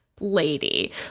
lady